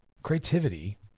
creativity